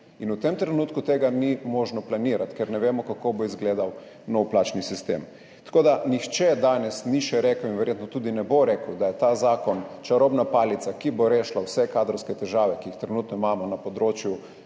V tem trenutku tega ni možno planirati, ker ne vemo, kako bo izgledal novi plačni sistem. Nihče danes še ni rekel in verjetno tudi ne bo rekel, da je ta zakon čarobna palica, ki bo rešila vse kadrovske težave, ki jih imamo trenutno na področju